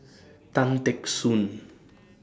Tan Teck Soon